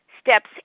Steps